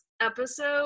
episode